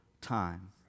time